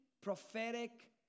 prophetic